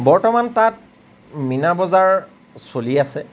বৰ্তমান তাত মিনা বজাৰ চলি আছে